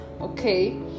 okay